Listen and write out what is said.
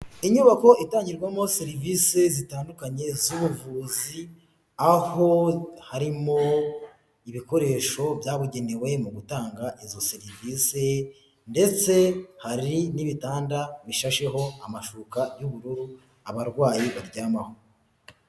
Inyubako itangirwamo serivisi zitandukanye z'ubuvuzi, aho harimo ibikoresho byabugenewe mu gutanga izo serivise ndetse hari n'ibitanda, bishasheho amashuka y'ubururu, abarwayi baryamaho.